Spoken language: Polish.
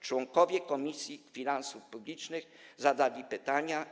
Członkowie Komisji Finansów Publicznych zadali pytania.